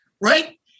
Right